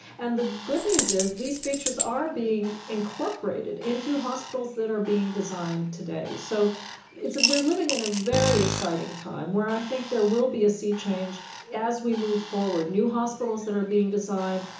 and the good news is these features are being incorporated into hospitals that are being designed today. so we're living in a very exciting time where i think there will be a sea change as we move forward. new hospitals that are being designed,